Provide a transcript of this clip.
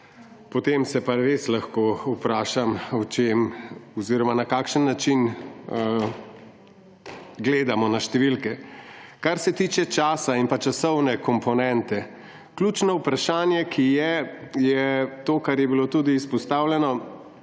potem se pa res lahko vprašam, o čem oziroma na kakšen način gledamo na številke. Kar se tiče časa in pa časovne komponente. Ključno vprašanje, ki je, je to, kar je bilo tudi izpostavljeno,